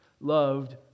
loved